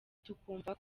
tukumva